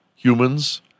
Humans